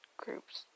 groups